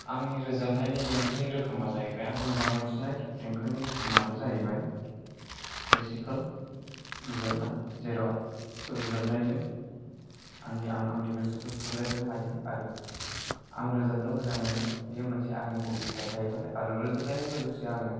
आंनि रोजाबनायनि देंखोनि रोखोमा जाहैबाय आं मोजां मोनसिननाय देंखोनि रोखोमानो जाहैबाय क्लासिकेल रोजाबनाय जेराव रोजाबनायजों आं आंनि गोसोखौ सुग्लायहोनो हायो आरो आं रोजाबनो मोजां मोनो बेयो मोनसे आंनि हबि टाइप जाहैबाय आरो रोजाबनायजों लोगोसे आङो